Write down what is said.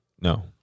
No